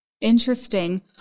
Interesting